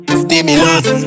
stimulus